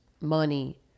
money